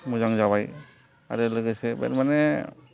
मोजां जाबाय आरो लोगोसे माने